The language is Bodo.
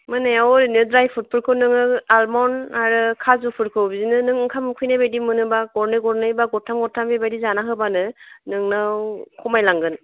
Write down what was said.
मोनायाव ओरैनो द्राय फ्रुथफोरखौ नोङो आलमन्ड आरो काजुफोरखौ बिदिनो नों ओंखाम उखैनायबादि मोनोबा गरनै गरनै बा गरथाम गरथाम बेबादि जाना होबानो नोंनाव खमायलांगोन